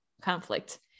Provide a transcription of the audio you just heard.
conflict